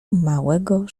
małego